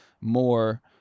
more